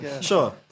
Sure